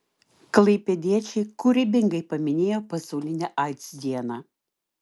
klaipėdiečiai kūrybingai paminėjo pasaulinę aids dieną